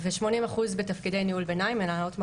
ו-80% בתפקידי ניהול ביניים, מנהלות מחלקות,